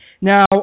Now